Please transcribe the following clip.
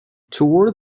toward